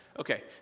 Okay